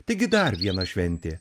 taigi dar viena šventė